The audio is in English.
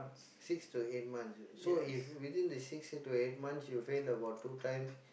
six to eight months so if within the six to eight months you fail about two times